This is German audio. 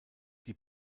die